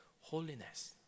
holiness